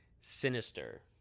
Sinister